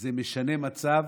זה משנה מצב,